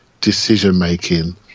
decision-making